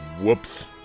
Whoops